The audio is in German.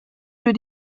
für